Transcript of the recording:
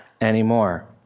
anymore